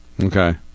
Okay